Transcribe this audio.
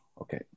Okay